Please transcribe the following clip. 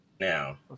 now